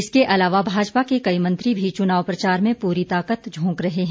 इसके अलावा भाजपा के कई मंत्री भी चुनाव प्रचार में पूरी ताकत झोंक रहे हैं